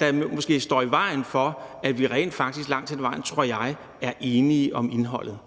der måske står i vejen for det, og at vi rent faktisk langt hen ad vejen, tror jeg, er enige om indholdet.